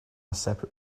separate